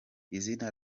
izina